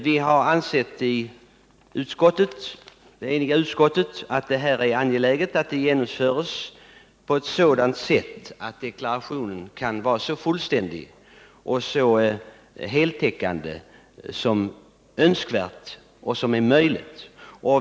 Det eniga utskottet har ansett att det är angeläget att deklarationsplikten genomförs på ett sådant sätt att deklarationen blir så fullständig och så heltäckande som är önskvärt och som är möjligt.